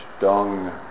dung